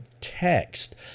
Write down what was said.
text